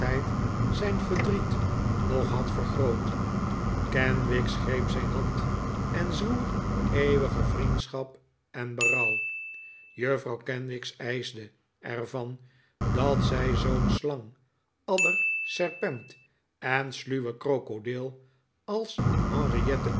zijn verdriet nog had vergroot kenwigs greep zijn hand en zwoer eeuwige vriendschap en berouw juffrouw kenwigs ijsde er van dat zij zoo'n slang adder serpent en sluwe krokodil als